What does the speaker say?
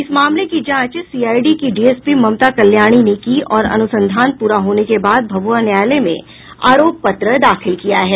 इस मामले की जांच सीआईडी की डीएसपी ममता कल्याणी ने की और अनुसंधान प्रा होने के बाद भभुआ न्यायालय में आरोप पत्र दाखिल किया है